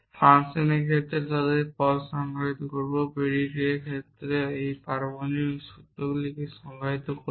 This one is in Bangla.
ফাংশনের ক্ষেত্রে আমরা তাদের পদ সংজ্ঞায়িত করব predicate এর ক্ষেত্রে আমরা পারমাণবিক সূত্রগুলিকে সংজ্ঞায়িত করব